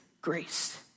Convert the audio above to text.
grace